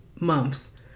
months